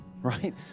right